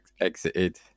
exited